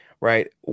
right